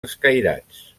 escairats